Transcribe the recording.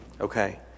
Okay